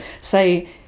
say